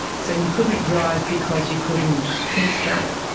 so you couldn't drive because you couldn't think straight?